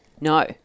No